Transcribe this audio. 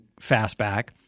Fastback